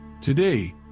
Today